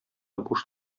буш